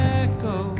echo